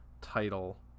title